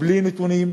בלי נתונים,